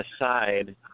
aside